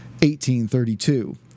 1832